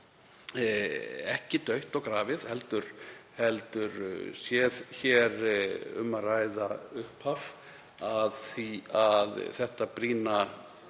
ekki dautt og grafið heldur sé hér um að ræða upphaf að því að þetta brýna